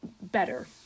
better